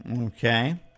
Okay